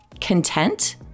content